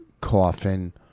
coffin